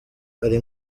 ari